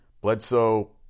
Bledsoe